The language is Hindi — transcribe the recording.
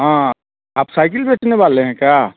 हाँ आप साइकिल बेचने वाले हैं क्या